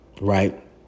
Right